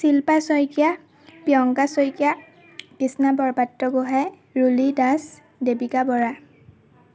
Shilpa Saikia Priyanka Saikia Krishna Borpatragohain Ruli Das Devika Bora